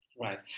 right